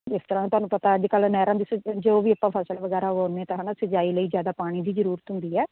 ਇਸ ਤਰ੍ਹਾਂ ਤੁਹਾਨੂੰ ਪਤਾ ਅੱਜ ਕੱਲ੍ਹ ਨਹਿਰਾਂ ਵਿੱਚ ਜੋ ਵੀ ਆਪਾਂ ਫ਼ਸਲ ਵਗੈਰਾ ਉਗਾਉਂਦੇ ਤਾਂ ਹੈ ਨਾ ਸਿੰਚਾਈ ਲਈ ਜ਼ਿਆਦਾ ਪਾਣੀ ਦੀ ਜ਼ਰੂਰਤ ਹੁੰਦੀ ਹੈ